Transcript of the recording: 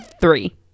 Three